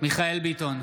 מיכאל מרדכי ביטון,